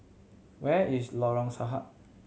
where is Lorong Sahad